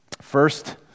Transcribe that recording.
First